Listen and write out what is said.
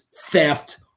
theft